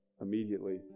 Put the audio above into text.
immediately